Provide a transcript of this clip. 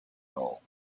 hole